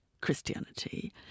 Christianity